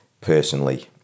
personally